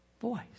voice